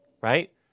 right